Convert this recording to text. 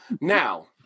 Now